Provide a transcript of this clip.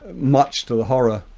ah much to the horror,